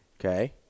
okay